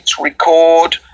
record